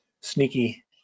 sneaky